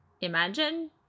imagine